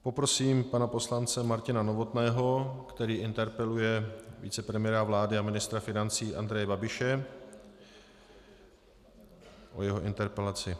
Poprosím pana poslance Martina Novotného, který interpeluje vicepremiéra vlády a ministra financí Andreje Babiše, o jeho interpelaci.